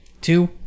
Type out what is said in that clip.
two